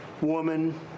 woman